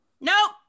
Nope